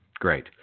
great